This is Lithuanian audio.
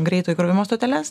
greito įkrovimo stoteles